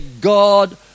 God